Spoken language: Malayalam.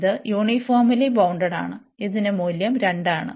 ഇത് യൂണിഫോംലി ബൌൺഡ്ടാണ് ഇതിനു മൂല്യം 2 ആണ്